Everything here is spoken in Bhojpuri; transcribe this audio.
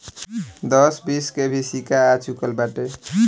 दस बीस के भी सिक्का आ चूकल बाटे